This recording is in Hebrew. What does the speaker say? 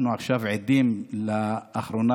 אנחנו עכשיו עדים לאחרונה,